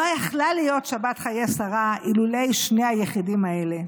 לא יכלה להיות שבת חיי שרה אילולי שני היחידים האלה.